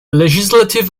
legislative